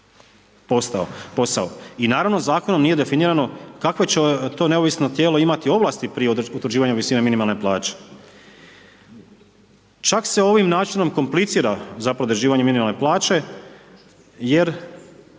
I naravno zakonom nije definirano kakvo će to neovisno tijelo imati ovlasti prije utvrđivanja visine minimalne plaće. Čak se ovim načinom komplicira zapravo određivanje minimalne plaće jer